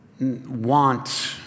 want